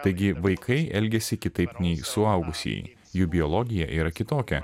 taigi vaikai elgiasi kitaip nei suaugusieji jų biologija yra kitokia